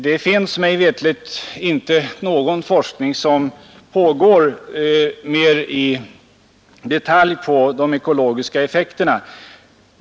Det bedrivs mig veterligt inte någon forskning som mera tar upp de ekologiska effekterna.